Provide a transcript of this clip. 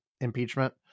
impeachment